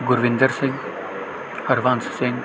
Gurvinder Singh Harbans Singh